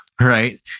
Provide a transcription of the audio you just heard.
Right